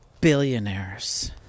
billionaires